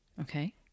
Okay